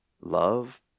love